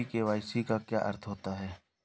ई KYC का क्या अर्थ होता है?